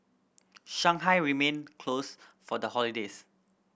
Shanghai remained closed for the holidays